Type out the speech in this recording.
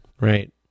Right